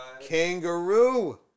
Kangaroo